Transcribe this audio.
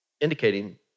indicating